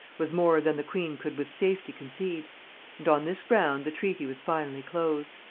was more than the queen could with safety concede and on this ground the treaty was finally closed.